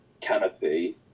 canopy